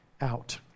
out